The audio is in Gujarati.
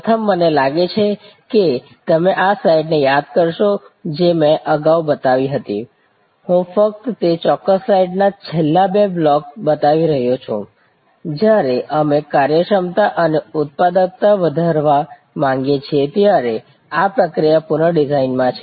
પ્રથમ મને લાગે છે કે તમે આ સ્લાઇડને યાદ કરશો જે મેં અગાઉ બતાવી હતી હું ફક્ત તે ચોક્કસ સ્લાઇડના છેલ્લા બે બ્લોક્સ બતાવી રહ્યો છું જ્યારે આપણે કાર્યક્ષમતા અને ઉત્પાદકતા વધારવા માંગીએ છીએ ત્યારે આ પ્રક્રિયા પુનઃડિઝાઇનમાં છે